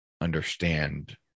understand